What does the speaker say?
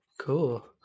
Cool